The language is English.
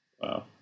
Wow